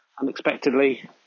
unexpectedly